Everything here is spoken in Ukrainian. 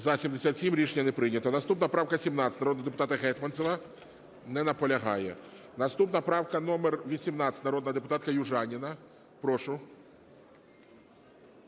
За-77 Рішення не прийнято. Наступна поправка 17, народного депутата Гетманцева. Не наполягає. Наступна правка номер 18, народний депутат Южаніна. Прошу.